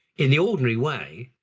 in the ordinary way,